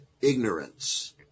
ignorance